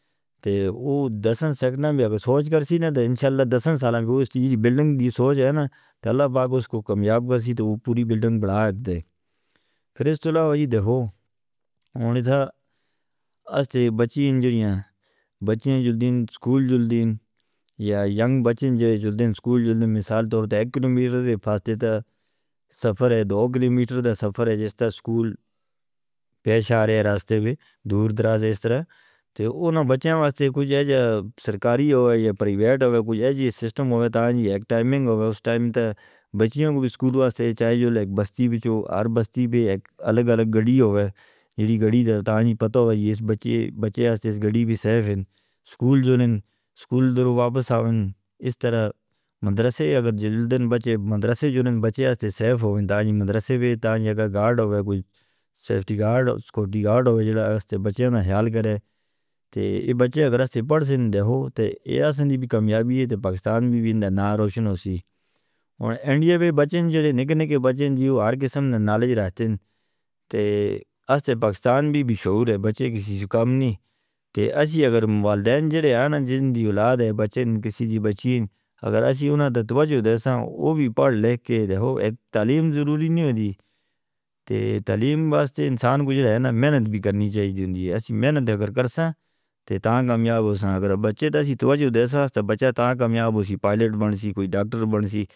تے وہ دس سال سے سوچ کر سی نہ انشاءاللہ دس سال میں وہ اس چیز بھی بلڈنگ دی سوچ ہے نا کہ اللہ پاک اس کو کامیاب کرسی تو پوری بلڈنگ بنا دیتا ہے۔ پھر اس طرح وہی دیکھو ہونتا اس بچے ہیں جنہیں بچے ہیں جنہیں سکول جل دیں یا ینگ بچے ہیں جنہیں سکول جل دیں۔ مثال طور پر ایک کلومیٹر دے فاصلے تے سفر ہے دو کلومیٹر دے فاصلے ہے جس طرح سکول پیش آ رہے ہیں راستے میں دور دراز۔ اس طرح اور انہوں نے بچوں واسے کوئی جائجہ سرکاری ہو جائے یا پرائیویٹ ہو جائے کوئی جائجہ سسٹم ہو جائے۔ تاں جی ایک ٹائمنگ ہو جائے اس ٹائم تے بچوں کو بھی سکول واسے چاہے جو بستی بچو ہر بستی بھی ایک الگ الگ گڑی ہو جائے جیڑی گڑی درتاں نہیں پتا ہو جائے۔ اس بچے بچے ہیں اس گڑی بھی سیف ہیں سکول جل دیں سکول دروں واپس آویں۔ اس طرح مدرسے اگر جل دن بچے مدرسے جل دن بچے ہیں تو سیف ہویں۔ تاں جی مدرسے بھی تاں جی اگر گارڈ ہو جائے کوئی سیفٹی گارڈ اس کو دی گارڈ ہو جائے جو اس تے بچے انہوں نے حال کرے تو یہ بچے اگر اس سے پڑھ سن دے ہو تو یہ اسندی بھی کامیابی ہے۔ پاکستان بھی بھی ناروشن ہو سی ہون اینڈیا بھی بچے جنہیں نکل نکل بچے جنہیں وہ ہر قسم نا نالیج رہتے ہیں اور اس تے پاکستان بھی بھی شعور ہے۔ بچے کسی چیز کا کام نہیں کہ اس ہی اگر والدین جنہیں جن دی اولاد ہے بچے کسی دی بچین اگر اس ہی انہاں تے توجہ دے سان وہ بھی پڑھ لکھ کے دیکھو۔ تعلیم ضروری نہیں ہوتی تعلیم باستے انسان کوشش میند بھی کرنی چاہی دی ہے۔ اس ہی میند اگر کرساں تے تاں کامیاب ہوساں۔ اگر بچے تسیے توجہ دے ساستہ بچہ تاں کامیاب ہو سی، پائلٹ بن سی، کوئی ڈاکٹر بن سی.